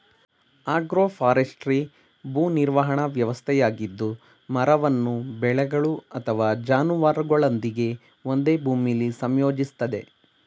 agroforestry ಭೂ ನಿರ್ವಹಣಾ ವ್ಯವಸ್ಥೆಯಾಗಿದ್ದು ಮರವನ್ನು ಬೆಳೆಗಳು ಅಥವಾ ಜಾನುವಾರುಗಳೊಂದಿಗೆ ಒಂದೇ ಭೂಮಿಲಿ ಸಂಯೋಜಿಸ್ತದೆ